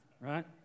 right